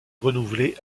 renouvelé